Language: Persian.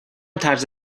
طرز